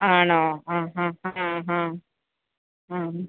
ആണോ ആ ആ അത് ആ ആണ്